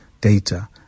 data